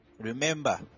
Remember